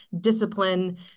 discipline